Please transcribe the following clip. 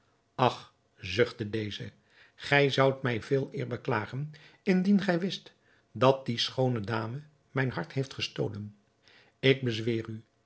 ach zuchtte deze gij zoudt mij veeleer beklagen indien gij wist dat die schoone dame mijn hart heeft gestolen ik bezweer u